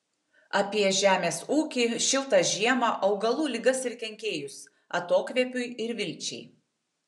apie žemės ūkį šiltą žiemą augalų ligas ir kenkėjus atokvėpiui ir vilčiai